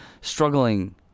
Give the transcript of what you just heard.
struggling